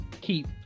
keep